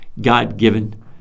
God-given